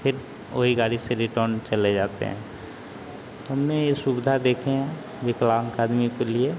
फिर वही गाड़ी से रिटर्न चले जाते हैं हमने ये सुविधा देखे हैं विकलांग आदमी के लिए